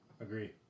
Agree